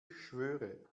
schwöre